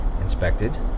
inspected